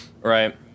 Right